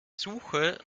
suche